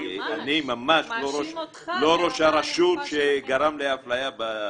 כי אני ממש לא ראש הרשות שגרם לאפליה.